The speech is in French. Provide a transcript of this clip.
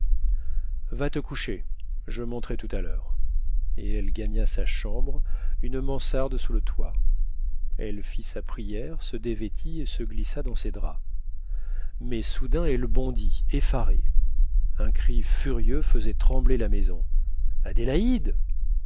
va te coucher je monterai tout à l'heure et elle gagna sa chambre une mansarde sous le toit elle fit sa prière se dévêtit et se glissa dans ses draps mais soudain elle bondit effarée un cri furieux faisait trembler la maison adélaïde